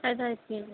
అది ఐదు కేజీలు